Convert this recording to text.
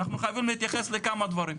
אנחנו חייבים להתייחס לכמה דברים.